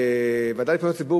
הוועדה לפניות הציבור,